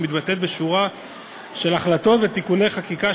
המתבטאת בשורה של החלטות ותיקוני חקיקה